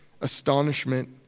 astonishment